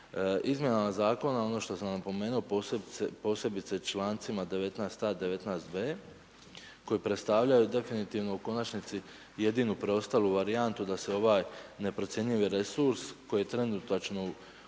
Izmjenama zakona, ono što sam napomenuo, posebice člancima 19a, 19b koji predstavljaju definitivno u konačnici jedinu preostalu varijantu da se ovaj neprocjenjivi resurs koji je trenutačno